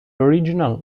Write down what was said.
original